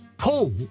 Paul